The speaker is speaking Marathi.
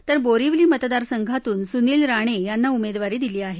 तर बोरीवली मतदारसंघातून सुनील राणे यांना उमेदवारी दिली आहे